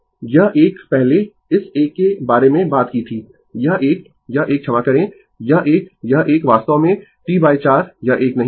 Refer Slide Time 1829 यह एक पहले इस एक के बारे में बात की थी यह एक यह एक क्षमा करें यह एक यह एक वास्तव में T 4 यह एक नहीं